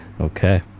okay